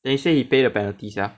then he say he pay the penalty sia